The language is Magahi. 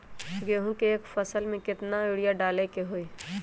गेंहू के एक फसल में यूरिया केतना बार डाले के होई?